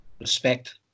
Respect